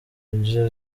agira